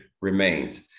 remains